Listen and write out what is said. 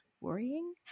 worrying